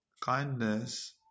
Kindness